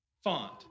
font